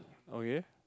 okay